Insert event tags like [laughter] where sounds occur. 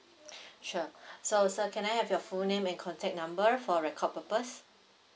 [breath] sure [breath] so sir can I have your full name and contact number for record purpose